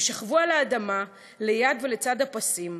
הם שכבו על האדמה ליד ולצד הפסים,